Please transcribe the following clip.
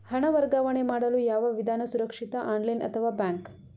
ಹಣ ವರ್ಗಾವಣೆ ಮಾಡಲು ಯಾವ ವಿಧಾನ ಸುರಕ್ಷಿತ ಆನ್ಲೈನ್ ಅಥವಾ ಬ್ಯಾಂಕ್?